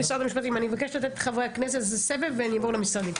בסבב של חברי הכנסת ולעבור למשרדים.